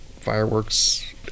fireworks